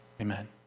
amen